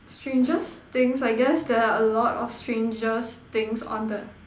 strangest things I guess there are a lot of strangest things on the